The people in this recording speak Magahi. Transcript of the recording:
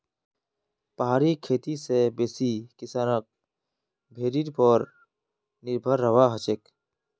पहाड़ी खेती स बेसी किसानक भेड़ीर पर निर्भर रहबा हछेक